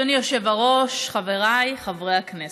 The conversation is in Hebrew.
אדוני היושב בראש, חבריי חברי הכנסת,